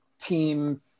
team